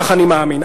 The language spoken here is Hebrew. כך אני מאמין.